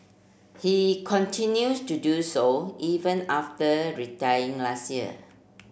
he continues to do so even after retiring last year